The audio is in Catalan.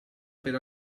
per